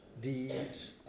deeds